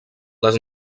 les